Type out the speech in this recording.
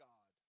God